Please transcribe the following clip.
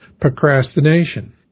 procrastination